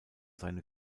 seine